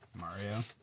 Mario